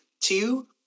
two